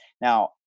Now